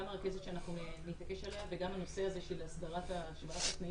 גם הרכזת שאנחנו נתעקש עליה וגם הנושא הזה של השוואת התנאים,